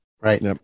right